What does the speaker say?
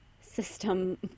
system